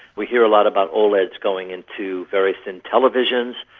we hear a lot about oleds going into very thin televisions,